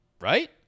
right